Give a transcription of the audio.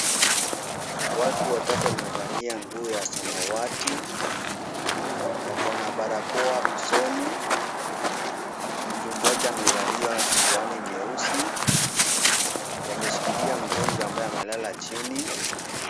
Watu watatu wamevalia nguo ya samawati, wako na barakoa usoni, mtu mmoja amevalia miwani mieusi, wameshikilia mgonjwa ambaye amelala chini.